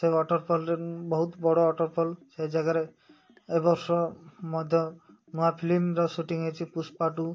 ସେ ୱାଟର୍ଫଲ୍ରେ ବହୁତ ବଡ଼ ୱାଟର୍ଫଲ୍ ସେ ଜାଗାରେ ଏବ ବର୍ଷ ମଧ୍ୟ ନୂଆ ଫିଲ୍ମର ସୁଟିଂ ହେଇଛି ପୁଷ୍ପାଟୁ